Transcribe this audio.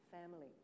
family